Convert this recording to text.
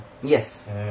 Yes